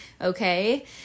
Okay